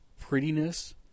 prettiness